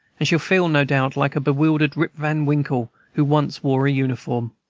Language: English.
and shall feel, no doubt, like a bewildered rip van winkle who once wore uniform.